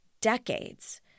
decades